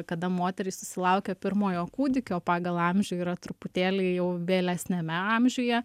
kada moterys susilaukia pirmojo kūdikio pagal amžių yra truputėlį jau vėlesniame amžiuje